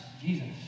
Jesus